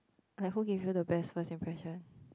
like who give you the best first impression